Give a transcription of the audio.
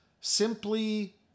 simply